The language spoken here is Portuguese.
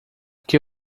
que